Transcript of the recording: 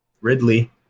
Ridley